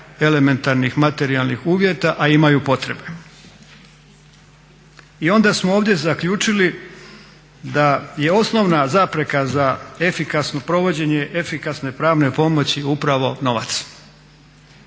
elementarnih materijalni uvjeta, a imaju potrebe. I onda smo ovdje zaključili da je osnovna zapreka za efikasno provođenje efikasne pravne pomoći upravo novac.